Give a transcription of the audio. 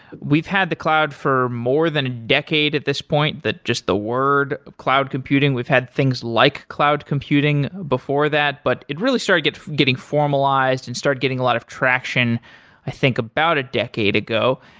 we've had the cloud for more than a decade at this point that just the word cloud computing. we've had things like cloud computing before that, but it really started getting getting formalized and start getting a lot of traction i think about a decade ago.